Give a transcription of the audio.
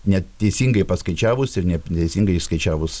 ne teisingai paskaičiavus ir nep teisingai išskaičiavus